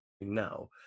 now